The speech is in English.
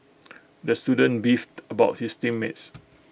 the student beefed about his team mates